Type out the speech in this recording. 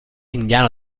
indiano